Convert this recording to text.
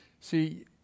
See